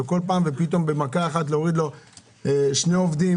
ופתאום במכה אחת להוריד לו שני עובדים